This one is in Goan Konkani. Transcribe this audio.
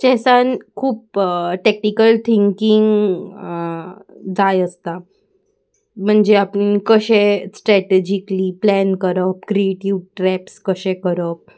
चॅसान खूब टॅक्टीकल थिंकींग जाय आसता म्हणजे आपणें कशें स्ट्रेटजिकली प्लॅन करप क्रिएटीव ट्रेप्स कशें करप